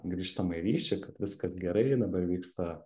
grįžtamąjį ryšį kad viskas gerai dabar vyksta